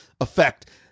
effect